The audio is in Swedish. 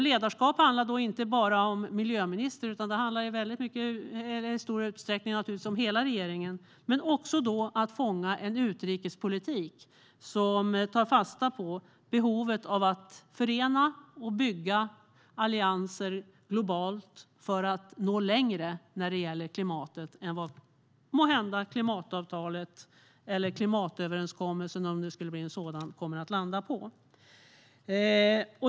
Det handlar då inte bara om miljöministern, utan det handlar i stor utsträckning om hela regeringen och om att fånga en utrikespolitik som tar fasta på behovet av att förenas och bygga allianser globalt för att nå längre när det gäller klimatet än vad klimatöverenskommelsen, om det nu skulle bli en sådan, kommer att landa på.